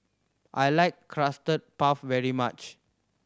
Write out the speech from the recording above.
I like Custard Puff very much